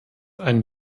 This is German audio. ein